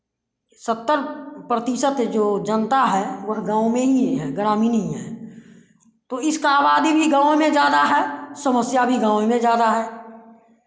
सत्तर प्रतिशत जो जनता है वह गाँव में ही है ग्रामीण ही है तो इसका आबादी भी गाँव में ज़्यादा है समस्या भी गाँव में ज़्यादा है